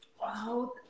Wow